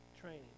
training